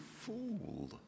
fool